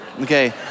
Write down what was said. Okay